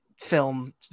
film